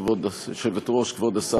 כבוד השר,